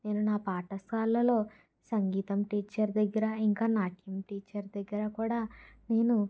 నేను నా పాఠశాలలో సంగీతం టీచర్ దగ్గర ఇంకా నాట్యం టీచర్ దగ్గర కూడా నేను